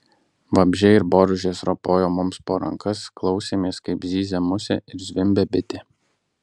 vabzdžiai ir boružės ropojo mums po rankas klausėmės kaip zyzia musė ir zvimbia bitė